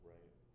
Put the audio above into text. Right